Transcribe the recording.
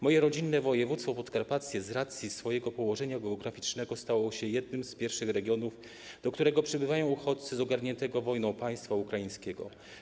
Moje rodzinne województwo podkarpackie z racji swojego położenia geograficznego stało się jednym z pierwszych regionów, do którego przybywają uchodźcy z ogarniętego wojną państwa ukraińskiego.